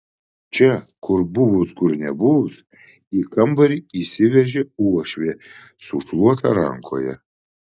čia kur buvus kur nebuvus į kambarį įsiveržia uošvė su šluota rankoje